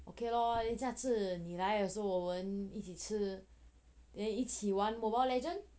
okay lor then 下子你来的时候我们一起吃 then 一起玩 mobile legend